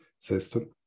system